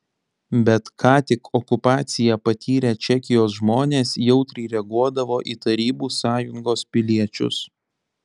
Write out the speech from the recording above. bet ką tik okupaciją patyrę čekijos žmonės jautriai reaguodavo į tarybų sąjungos piliečius